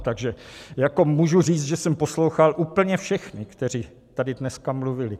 Takže můžu říct, že jsem poslouchal úplně všechny, kteří tady dneska mluvili.